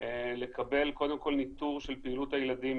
לקבל קודם כל ניטור של פעילות הילדים